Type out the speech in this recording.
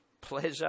pleasure